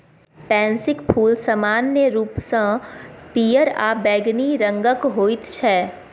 पैंसीक फूल समान्य रूपसँ पियर आ बैंगनी रंगक होइत छै